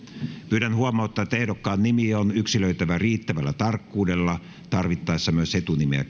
pyydän huomauttaa että ehdokkaan nimi on yksilöitävä riittävällä tarkkuudella tarvittaessa myös etunimeä käyttäen